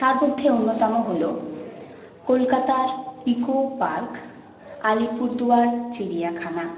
তার মধ্যে অন্যতম হল কলকাতার ইকো পার্ক আলিপুরদুয়ার চিড়িয়াখানা